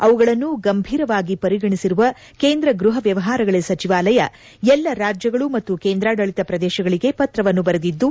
ಅವುಗಳನ್ನು ಗಂಭೀರವಾಗಿ ಪರಿಗಣಿಸಿರುವ ಕೇಂದ್ರ ಗೃಹ ವ್ಯವಹಾರಗಳ ಸಚಿವಾಲಯ ಎಲ್ಲ ರಾಜ್ಯಗಳು ಮತ್ತು ಕೇಂದ್ರಾಡಳಿತ ಪ್ರದೇಶಗಳಿಗೆ ಪತ್ರವನ್ನು ಬರೆದಿದ್ದು